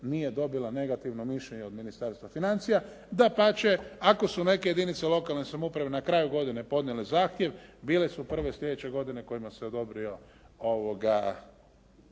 nije dobila negativno mišljenje od Ministarstva financija. Dapače, ako su neke jedinice lokalne samouprave na kraju godine podnijele zahtjev bile su prve slijedeće godine kojima se odobrilo